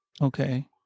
Okay